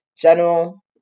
general